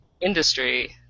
industry